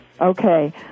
Okay